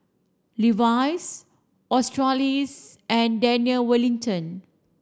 Levi's Australis and Daniel Wellington